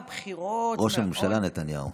הבחירות, ראש הממשלה נתניהו.